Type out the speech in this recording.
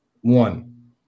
One